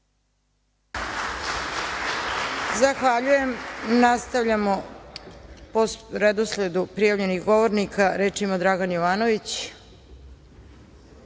Zahvaljujem se. Nastavljamo po redosledu prijavljenih govornika. Reč ima, Dragan Jovanović.